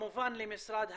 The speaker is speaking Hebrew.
כמובן למשרד החינוך,